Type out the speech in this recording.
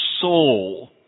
soul